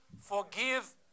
forgive